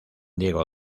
diego